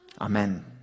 Amen